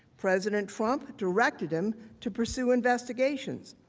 president trump directed him to pursue investigations,